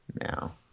now